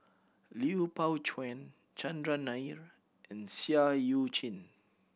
Lui Pao Chuen Chandran Nair and Seah Eu Chin